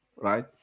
right